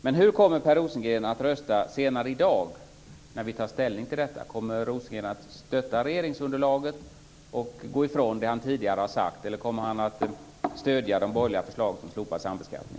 Men hur kommer Per Rosengren att rösta senare i dag, när vi tar ställning till detta? Kommer Rosengren att stödja regeringsunderlaget och gå ifrån det som han tidigare har sagt eller kommer han att stödja det borgerliga förslaget om slopad sambeskattning?